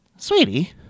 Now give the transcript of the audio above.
Sweetie